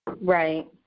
Right